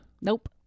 Nope